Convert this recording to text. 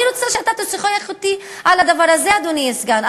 אני רוצה שאתה תשוחח אתי על הדבר הזה, אדוני הסגן.